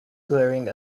glaring